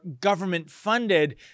government-funded